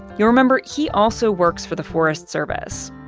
you'll remember he also works for the forest service.